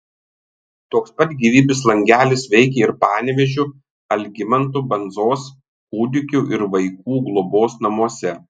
toks pat gyvybės langelis veikia ir panevėžio algimanto bandzos kūdikių ir vaikų globos namuose